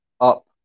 up